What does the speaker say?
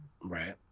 Right